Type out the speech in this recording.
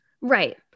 right